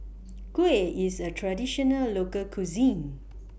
Kuih IS A Traditional Local Cuisine